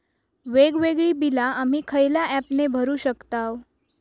वेगवेगळी बिला आम्ही खयल्या ऍपने भरू शकताव?